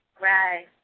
Right